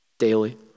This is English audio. Daily